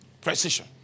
Precision